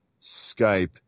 Skype